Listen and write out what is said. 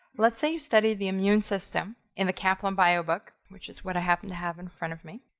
let's say you've studied the immune system in the kaplan bio book, which is what i happened to have in front of me.